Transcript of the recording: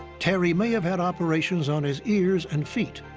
terry may have had operations on his ears and feet.